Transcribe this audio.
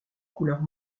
couleurs